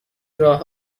راه